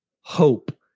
hope